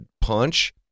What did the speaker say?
punch